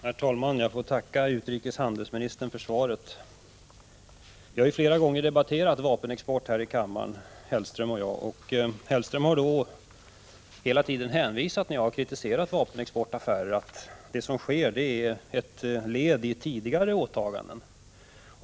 Herr talman! Jag får tacka utrikeshandelsministern för svaret. Mats Hellström och jag har ju flera gånger debatterat vapenexport här i kammaren. När jag har kritiserat vapenexportaffärer har Mats Hellström hela tiden hänvisat till att det som sker är ett led i tidigare åtaganden.